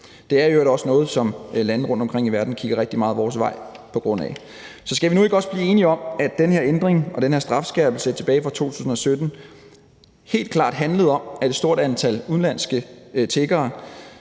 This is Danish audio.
Det er i øvrigt også noget, som landene rundtomkring i verden kigger rigtig meget i vores retning på grund af. Så skal vi nu ikke også blive enige om, at den her ændring og den her strafskærpelse tilbage fra 2017 helt klart handlede om, at et stort antal udenlandske tiggere